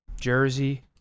Jersey